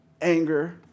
anger